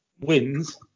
wins